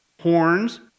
horns